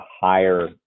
higher